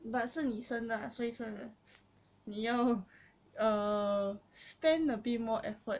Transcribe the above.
but 是你生的 lah 所以你要 err spend a bit more effort